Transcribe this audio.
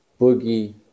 Boogie